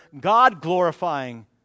God-glorifying